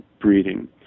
breeding